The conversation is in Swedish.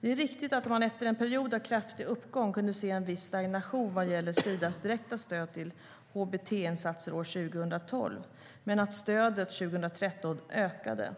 Det är riktigt att man efter en period av kraftig uppgång kunde se en viss stagnation vad gäller Sidas direkta stöd till hbt-insatser år 2012, men att stödet 2013 ökade.